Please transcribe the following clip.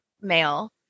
male